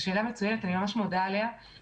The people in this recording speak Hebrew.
אני מודה לך על השאלה,